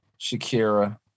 Shakira